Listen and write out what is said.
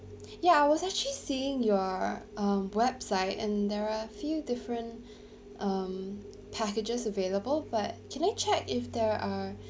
ya I was actually seeing your um website and there are few different um packages available but can I check if there are